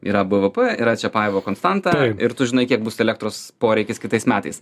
yra b v p yra čiapajevo konstanta ir tu žinai kiek bus elektros poreikis kitais metais